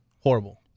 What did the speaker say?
horrible